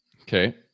Okay